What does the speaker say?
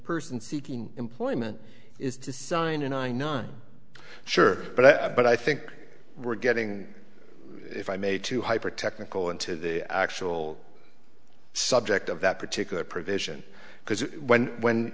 person seeking employment is to sign and i not sure but i but i think we're getting if i may to hypertechnical into the actual subject of that particular provision because when when